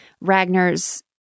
Ragnar's